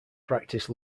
practiced